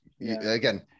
again